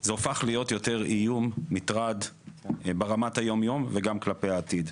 זה הפך להיות יותר איום ומטרד ברמת היום-יום וגם כלפי העתיד.